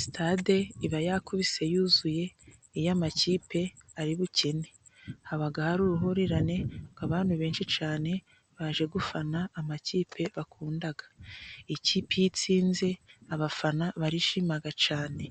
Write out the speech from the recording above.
Sitade iba yakubise yuzuye iyo amakipe ari bukine, haba hari uruhurirane rw'abantu benshi cyane baje gufana amakipe bakunda. Ikipe iyo itsinze abafana barishima cyane,